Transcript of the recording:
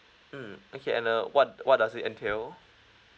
mm okay and uh what what does it entail